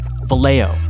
Vallejo